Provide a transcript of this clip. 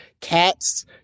cats